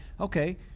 okay